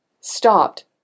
stopped